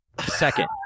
second